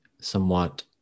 somewhat